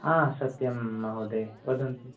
आम् सत्यं महोदय वदन्तु